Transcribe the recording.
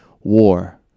War